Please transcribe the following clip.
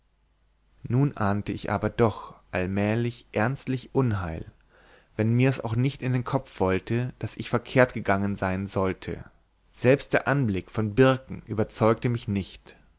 nun ahnte ich aber doch allmählich ernstlich unheil wenn mir's auch nicht in den kopf wollte daß ich verkehrt gegangen sein sollte selbst der anblick von birken überzeugte mich nicht